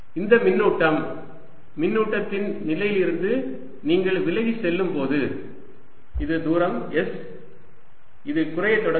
இந்த மின்னூட்டம் மின்னூட்டத்தின் நிலையிலிருந்து நீங்கள் விலகிச் செல்லும்போது இது தூரம் s இது குறைய தொடங்குகிறது